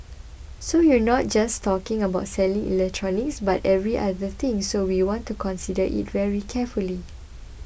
so you're not just talking about selling electronics but every other thing so we want to consider it very carefully